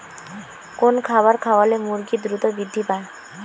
কোন খাবার খাওয়ালে মুরগি দ্রুত বৃদ্ধি পায়?